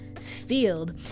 field